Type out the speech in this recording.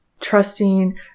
Trusting